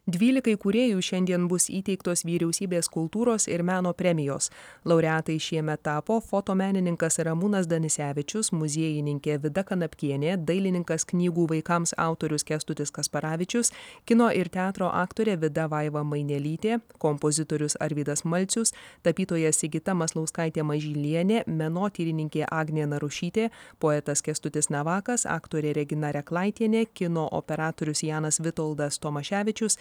dvylikai kūrėjų šiandien bus įteiktos vyriausybės kultūros ir meno premijos laureatai šiemet tapo fotomenininkas ramūnas danisevičius muziejininkė vida kanapkienė dailininkas knygų vaikams autorius kęstutis kasparavičius kino ir teatro aktorė vida vaiva mainelytė kompozitorius arvydas malcius tapytoja sigita maslauskaitė mažylienė menotyrininkė agnė narušytė poetas kęstutis navakas aktorė regina reklaitienė kino operatorius janas vitoldas tomaševičius